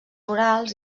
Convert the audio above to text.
urals